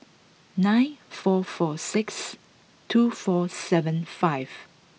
nine four four six two four seven five